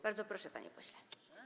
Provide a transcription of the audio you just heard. Bardzo proszę, panie pośle.